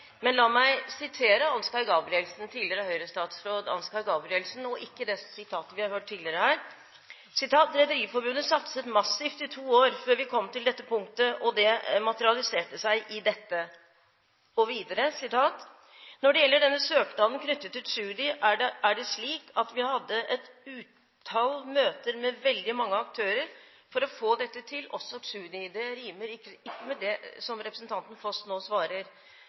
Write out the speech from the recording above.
Men la meg sitere tidligere Høyre-statsråd Ansgar Gabrielsen, og ikke det sitatet vi har hørt tidligere her: «Rederiforbundet satset massivt i to år før vi kom til dette punktet, og det materialiserte seg i dette.» Og videre: «Når det gjelder denne søknaden knyttet til Tschudi, er det slik at vi hadde et utall av møter med veldig mange aktører for å få dette til – også Tschudi.» Det rimer ikke med det som representanten Foss nå svarer.